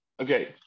Okay